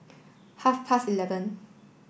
half past eleven